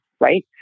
right